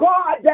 God